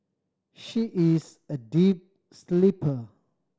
she is a deep sleeper